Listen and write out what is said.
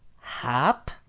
Hop